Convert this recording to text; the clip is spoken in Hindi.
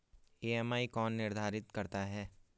ई.एम.आई कौन निर्धारित करता है?